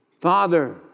Father